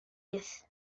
blwydd